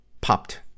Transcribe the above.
popped